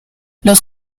los